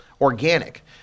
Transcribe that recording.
organic